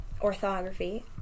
orthography